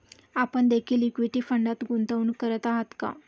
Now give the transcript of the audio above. आपण देखील इक्विटी फंडात गुंतवणूक करत आहात का?